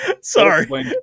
Sorry